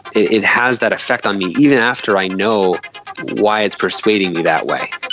it has that effect on me even after i know why it's persuading me that way.